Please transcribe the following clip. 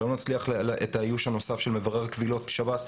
או לא נצליח באיוש הנוסף של מברר קבילות בשב"ס,